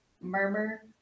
murmur